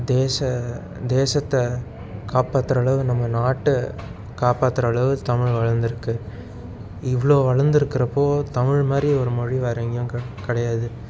தேச தேசத்தை காப்பாத்துகிற அளவு நம்ம நாட்டை காப்பாத்துகிற அளவு தமிழ் வளர்ந்துருக்கு இவ்ளோ வளர்ந்துருக்கறப்போ தமிழ் மாதிரி ஒரு மொழி வேற எங்கேயும் க கிடையாது